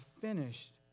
finished